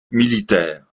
militaires